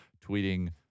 tweeting